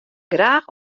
graach